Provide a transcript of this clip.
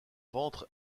ventre